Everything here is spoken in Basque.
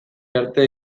arte